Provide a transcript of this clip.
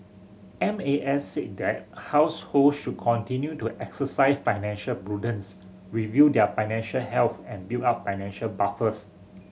M A S said that household should continue to exercise financial prudence review their financial health and build up financial buffers